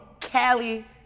Cali